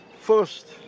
first